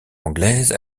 anglaise